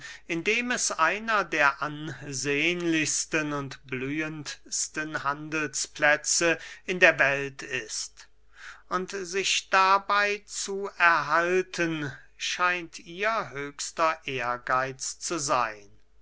indem es einer der ansehnlichsten und blühendsten handelsplätze in der welt ist und sich dabey zu erhalten scheint ihr höchster ehrgeitz zu seyn